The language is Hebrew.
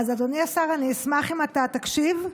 אז אדוני השר, אני אשמח אם אתה תקשיב,